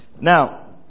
Now